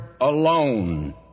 alone